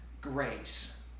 grace